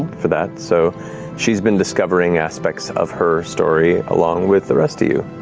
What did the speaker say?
for that, so she's been discovering aspects of her story along with the rest of you.